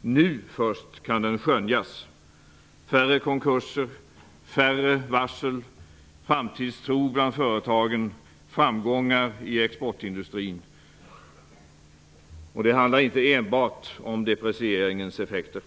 Nu först kan den skönjas -- färre konkurser, färre varsel, framtidstro bland företagen och framgångar i exportindustrin. Det handlar inte enbart om deprecieringens effekter.